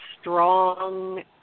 strong